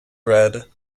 read